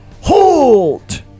hold